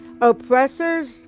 Oppressors